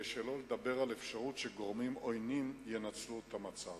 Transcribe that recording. שלא לדבר על האפשרות שגורמים עוינים ינצלו את המצב.